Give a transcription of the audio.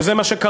שזה מה שקרה.